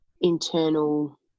internal